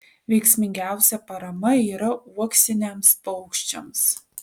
veiksmingiausia parama yra uoksiniams paukščiams